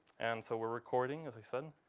and so we're recording as i said.